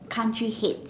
country head